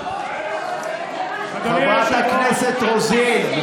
חברת הכנסת רוזין.